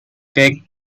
played